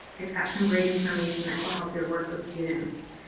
it's got some great information that will help you work with students.